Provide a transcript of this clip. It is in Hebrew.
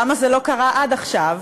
למה זה לא קרה עד עכשיו?